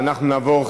אנחנו נעבור,